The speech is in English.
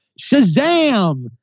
Shazam